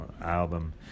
album